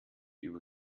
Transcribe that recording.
über